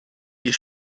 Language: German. ihr